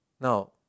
Now